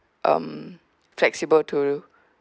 um flexible to